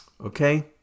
okay